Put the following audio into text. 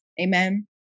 Amen